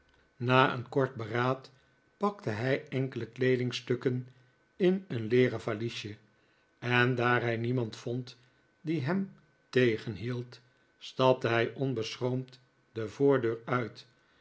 na een kort beraad pakte hij enkele kleedingstukken in een leeren valiesje en daar hij niemand vond die hem tegenhield stapte hij onbeschroomd de voordeur uit